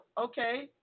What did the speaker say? okay